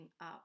up